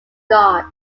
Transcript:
god